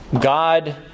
God